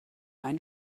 ein